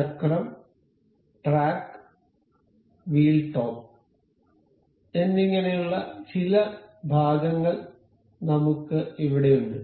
ചക്രം track wheel top wheel a track and wheel top എന്നിങ്ങനെയുള്ള ചില ഭാഗങ്ങൾ നമുക്ക് ഇവിടെയുണ്ട്